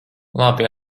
labi